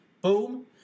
Boom